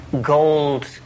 gold